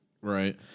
Right